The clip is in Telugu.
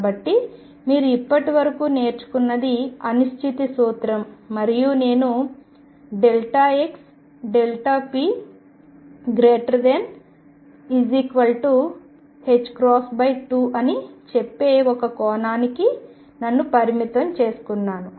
కాబట్టి మీరు ఇప్పటివరకు నేర్చుకున్నది అనిశ్చితి సూత్రం మరియు నేను xp≥2 అని చెప్పే ఒక కోణానికి నన్ను పరిమితం చేసుకున్నాను